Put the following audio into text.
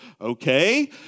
okay